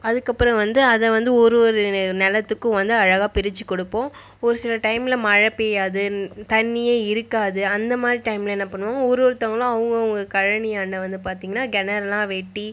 அதுக்கு அப்புறம் வந்து அதை வந்து ஒரு ஒரு நில நிலத்துக்கும் வந்து அழகாக பிரித்து கொடுப்போ ஒரு சில டைமில் மழை பெய்யாது தண்ணியே இருக்காது அந்தமாதிரி டைமில் என்ன பண்ணுவோம் ஒரு ஒருத்தவங்களும் அவங்க அவங்க கழனியாண்ட வந்து பார்த்தீங்ன்னா கிணறுலா வெட்டி